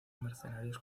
mercenarios